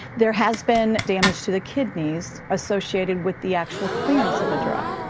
there has been damage to the kidneys associated with the actual clearance of the drug.